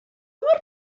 mor